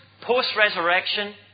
post-resurrection